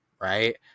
right